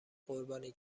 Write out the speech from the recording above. قربانی